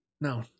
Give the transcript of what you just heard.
no